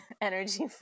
energy